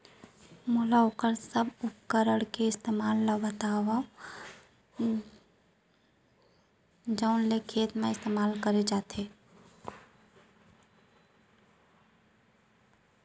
मोला वोकर सब उपकरण के इस्तेमाल अऊ लागत ल बतावव जउन ल खेत म इस्तेमाल करे जाथे?